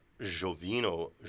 Jovino